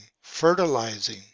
fertilizing